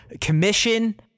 commission